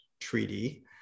treaty